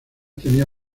tenía